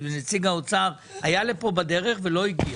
על סדר-היום: